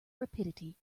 rapidity